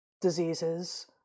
diseases